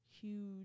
Huge